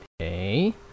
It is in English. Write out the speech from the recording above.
Okay